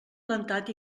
plantat